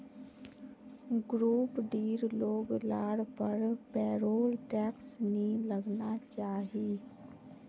group डीर लोग लार पर पेरोल टैक्स नी लगना चाहि